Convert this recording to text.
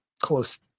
close